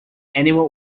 animal